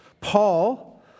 Paul